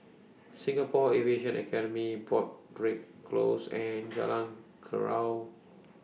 Singapore Aviation Academy Broadrick Close and Jalan